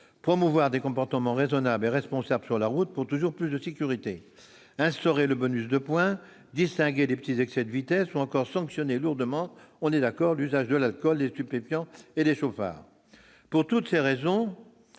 promouvoir des comportements raisonnables et responsables sur la route pour toujours plus de sécurité, d'instaurer le bonus de points, de distinguer les petits excès de vitesse ou encore de sanctionner lourdement l'usage de l'alcool et de stupéfiants au volant et les chauffards. Pour toutes ces raisons,